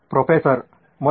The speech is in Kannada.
ಪ್ರೊಫೆಸರ್ ಮತ್ತು C